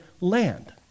land